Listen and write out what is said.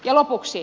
ja lopuksi